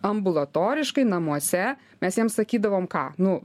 ambulatoriškai namuose mes jiem sakydavom ką nu